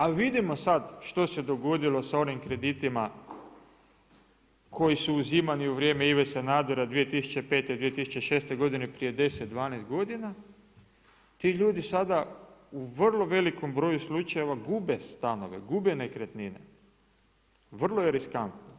A vidimo sad što se dogodilo sa onim kreditima koji su uzimani u vrijem Ive Sanadera 2005., 2006. godine prije 10, 12 godina, ti ljudi sada u vrlo velikom broju slučajeva gube stanove, gube nekretnine, vrlo je riskantno.